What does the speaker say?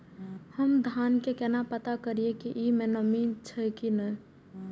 हम धान के केना पता करिए की ई में नमी छे की ने?